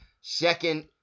second